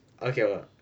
okay